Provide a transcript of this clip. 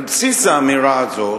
על בסיס האמירה הזאת,